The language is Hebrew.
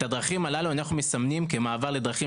את הדרכים הללו אנחנו מסמנים כמעבר לרכבים